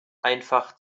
einfach